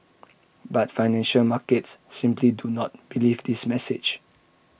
but financial markets simply do not believe this message